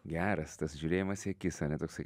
geras tas žiūrėjimas į akis ane toksai